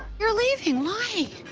you're leaving, why?